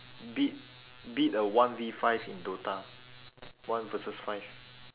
beat beat a one V five in DOTA one versus five